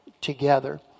together